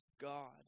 God